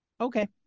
Okay